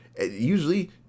Usually